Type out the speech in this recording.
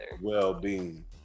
well-being